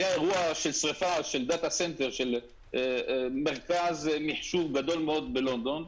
היה אירוע של שריפה של מרכז מחשוב גדול מאוד בלונדון,